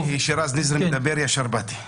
שמעתי שרז נזרי מדבר, ישר באתי.